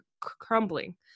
crumbling